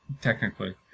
Technically